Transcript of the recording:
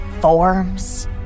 Forms